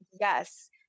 yes